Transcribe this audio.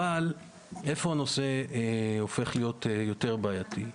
איפה הנושא הופך להיות יותר בעייתי?